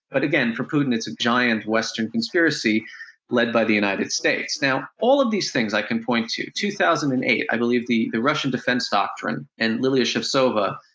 but again, for putin it's a giant western conspiracy led by the united states. now all of these things i can point to, two thousand and eight, i believe the the russian defense doctrine and lilia shevtsova,